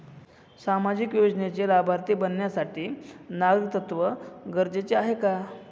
सामाजिक योजनेचे लाभार्थी बनण्यासाठी नागरिकत्व गरजेचे आहे का?